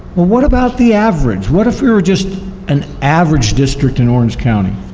what about the average. what if we were just an average district in orange county.